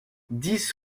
dix